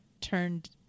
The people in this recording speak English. turned